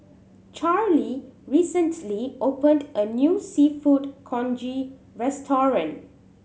Charlee recently opened a new Seafood Congee restaurant